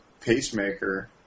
pacemaker